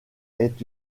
est